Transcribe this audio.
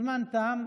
הזמן תם.